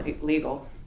legal